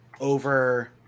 over